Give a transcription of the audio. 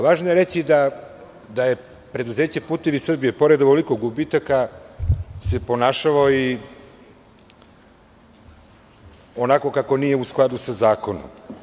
Važno je reći da se preduzeće "Putevi Srbije", pored ovoliko gubitaka, ponašalo i onako kako nije u skladu sa zakonom.